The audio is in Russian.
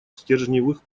стержневых